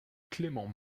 clément